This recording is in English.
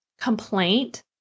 complaint